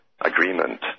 agreement